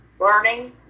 learning